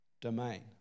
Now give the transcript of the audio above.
domain